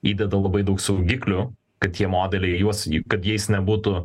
įdeda labai daug saugiklių kad tie modeliai juos i kad jais nebūtų